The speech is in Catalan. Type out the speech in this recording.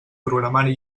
programari